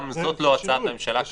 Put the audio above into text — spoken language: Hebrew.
גם זאת לא הצעת הממשלה כרגע.